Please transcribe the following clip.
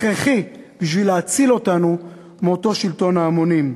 הכרחי בשביל להציל אותנו מאותו שלטון ההמונים.